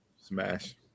Smash